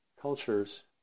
cultures